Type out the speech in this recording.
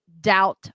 doubt